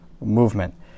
movement